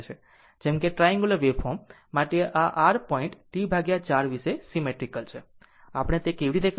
જેમ કે triangular waveform માટે આ r પોઇન્ટ T 4 વિશે સીમેટ્રીકલ છે આપણે તે કેવી રીતે કરીશું